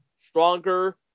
stronger